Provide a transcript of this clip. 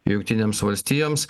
jungtinėms valstijoms